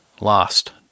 lost